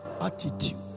attitude